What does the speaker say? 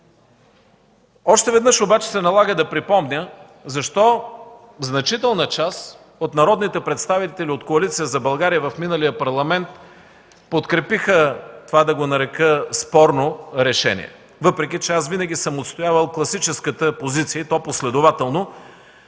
Още веднъж обаче се налага да припомня защо значителна част от народните представители от Коалиция за България в миналия парламент подкрепиха това, да го нарека, спорно решение, въпреки че винаги и последователно съм отстоявал класическата позиция – участието